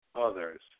others